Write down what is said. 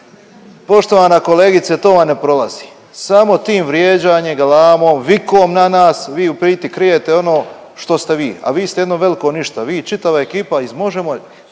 Poštovana kolegice to vam ne prolazi. Samo tim vrijeđanjem, galamom, vikom na nas vi u biti krijete ono što ste vi, a vi ste jedno veliko ništa. Vi čitava ekipa iz Možemo!